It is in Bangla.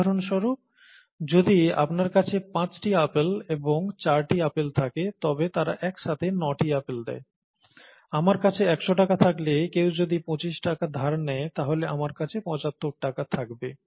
উদাহরণস্বরূপ যদি আপনার কাছে 5টি আপেল এবং 4টি আপেল থাকে তবে তারা একসাথে 9টি আপেল দেয় আমার কাছে 100 টাকা থাকলে কেউ যদি 25 টাকা ধার নেয় তাহলে আমার 75 টাকা থাকবে